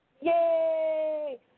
Yay